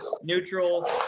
neutral